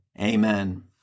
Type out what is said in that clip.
Amen